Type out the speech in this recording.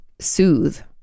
soothe